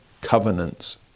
covenants